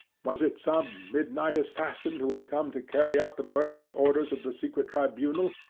was it some midnight assassin who had come to carry out the murderous orders of the secret tribunal?